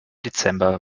dezember